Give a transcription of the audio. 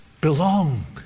Belong